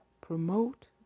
promote